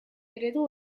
eredu